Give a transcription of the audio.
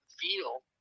feel